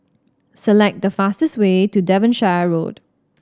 select the fastest way to Devonshire Road